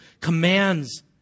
commands